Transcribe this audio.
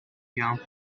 young